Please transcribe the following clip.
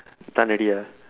done already ah